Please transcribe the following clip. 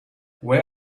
where